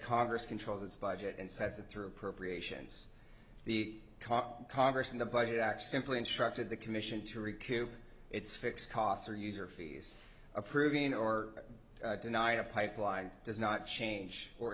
congress controls its budget and sets it through appropriations the congress in the budget act simply instructed the commission to recoup its fixed costs or user fees approving or deny a pipeline does not change or